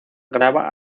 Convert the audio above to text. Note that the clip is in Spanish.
grava